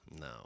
no